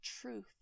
truth